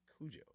cujo